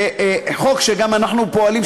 זה חוק שגם אנחנו פועלים,